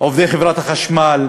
עובדי חברת החשמל,